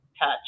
touch